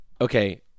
Okay